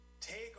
take